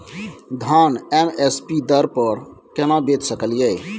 धान M S P दर पर केना बेच सकलियै?